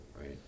right